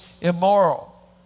immoral